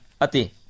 ati